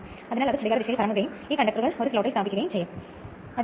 അതിനാൽ ഒരു squirrel cage rotor നഗ്നമായ ചെമ്പ് ബാറുകൾ ചേർന്നതാണ്